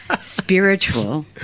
spiritual